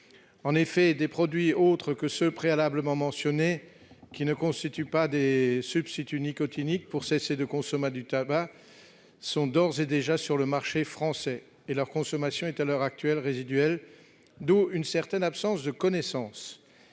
la lèvre. Des produits autres que ceux que nous avons préalablement mentionnés et qui ne constituent pas des substituts nicotiniques pour cesser de consommer du tabac sont d'ores et déjà sur le marché français. Leur consommation est à l'heure actuelle résiduelle, ce qui explique une certaine méconnaissance.